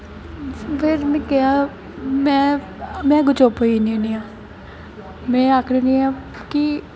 मतलब में अग्गों चुप्प होई जन्नी होन्नी आं में आखनी होन्नी आं कि